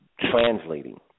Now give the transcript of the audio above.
translating